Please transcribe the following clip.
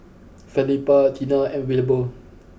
Felipa Tina and Wilbur